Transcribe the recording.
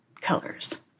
colors